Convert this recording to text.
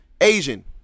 Asian